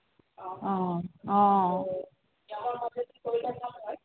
অ অ